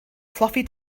fluffy